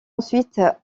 ensuite